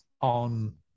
on